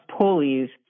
pulleys